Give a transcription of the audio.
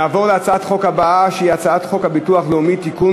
נעבור להצעת החוק הבאה: הצעת חוק הביטוח הלאומי (תיקון,